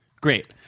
Great